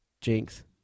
Jinx